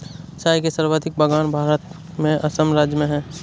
चाय के सर्वाधिक बगान भारत में असम राज्य में है